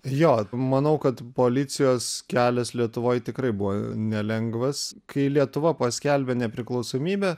jo manau kad policijos kelias lietuvoj tikrai buvo nelengvas kai lietuva paskelbė nepriklausomybę